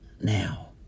Now